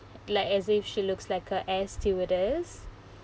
like as if she looks like a air stewardess